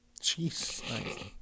Jeez